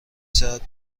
ساعت